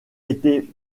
était